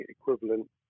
equivalent